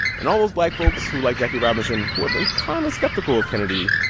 and all those black folks who like jackie robinson, who had been kind of skeptical of kennedy,